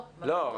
לא.